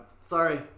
Sorry